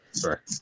Sure